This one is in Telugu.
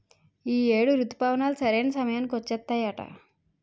ఈ ఏడు రుతుపవనాలు సరైన సమయానికి వచ్చేత్తాయట